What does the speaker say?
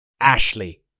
Ashley